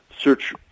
search